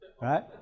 Right